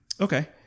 Okay